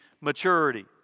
maturity